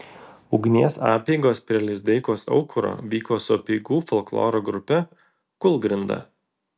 ugnies apeigos prie lizdeikos aukuro vyko su apeigų folkloro grupe kūlgrinda